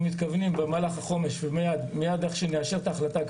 במהלך החומש ומייד איך שנאשר את ההחלטה אנחנו